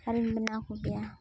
ᱟᱨᱤᱧ ᱵᱮᱱᱟᱣ ᱠᱚᱜᱮᱭᱟ